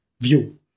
view